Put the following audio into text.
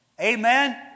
Amen